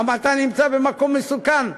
למה אתה נמצא במקום מסוכן,